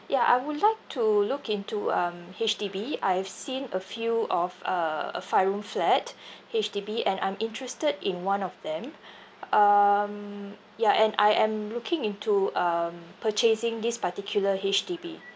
ya I would like to look into um H_D_B I have seen a few of uh a five room flat H_D_B and I'm interested in one of them um ya and I am looking into um purchasing this particular H_D_B